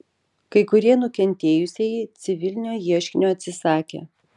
kai kurie nukentėjusieji civilinio ieškinio atsisakė